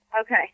okay